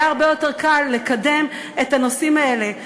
היה הרבה יותר קל לקדם את הנושאים האלה.